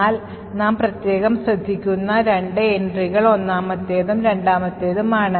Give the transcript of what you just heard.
എന്നാൽ നാം പ്രത്യേകം ശ്രദ്ധിക്കുന്ന രണ്ട് എൻട്രികൾ ഒന്നാമത്തേതും രണ്ടാമത്തേതുമാണ്